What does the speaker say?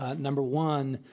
ah number one,